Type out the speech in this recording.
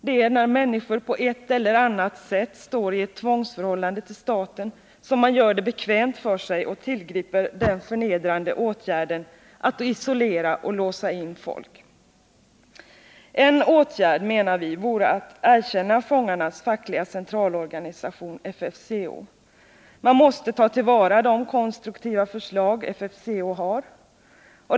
Det är när människor på ett eller annat sätt står i ett tvångsförhållande till staten som man gör det bekvämt för sig och tillgriper den förnedrande åtgärden att isolera och låsa in folk. En åtgärd, menar vi, vore att erkänna fångarnas fackliga centralorganisation — FFCO. Man måste ta till vara de konstruktiva förslag FFCO har.